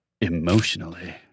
emotionally